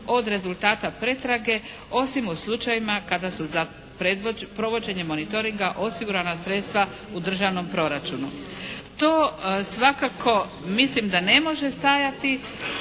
od rezultata pretrage, osim u slučajevima kada su za provođenje monitoringa osigurana sredstva u državnom proračunu. To svakako mislim da ne može stajati